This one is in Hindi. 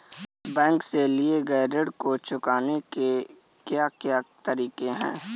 बैंक से लिए हुए ऋण को चुकाने के क्या क्या तरीके हैं?